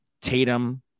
Tatum